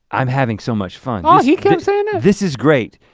i'm having so much fun. aw, he kept saying that? this is great.